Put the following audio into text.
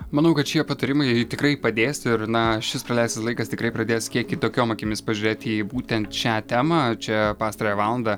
manau kad šie patarimai tikrai padės ir na šis praleistas laikas tikrai pradės kiek kitokiom akimis pažiūrėt į būtent šią temą čia pastarąją valandą